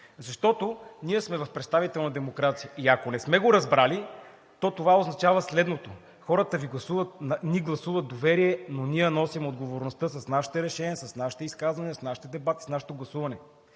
Защото ние сме в представителна демокрация и ако не сме го разбрали, то това означава следното: хората ни гласуват доверие, но ние носим отговорността с нашите решения, с нашите изказвания, с нашите дебати, с нашето гласуване,